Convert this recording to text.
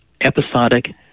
episodic